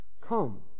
come